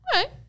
Okay